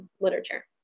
literature